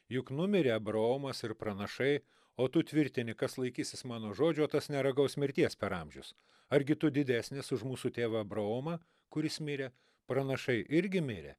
juk numirė abraomas ir pranašai o tu tvirtini kas laikysis mano žodžio tas neragaus mirties per amžius argi tu didesnis už mūsų tėvą abraomą kuris mirė pranašai irgi mirė